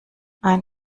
ein